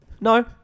No